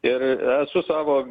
ir esu savo